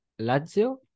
Lazio